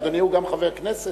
אדוני הוא גם חבר כנסת.